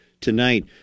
tonight